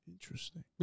Interesting